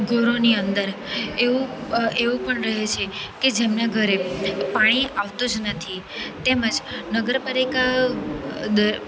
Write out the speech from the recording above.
ઘરોની અંદર એવું એવું પણ રહે છે કે જેમના ઘરે પાણી આવતું જ નથી તેમજ નગરપાલિકા